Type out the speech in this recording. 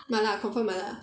麻辣 confirm 麻辣 really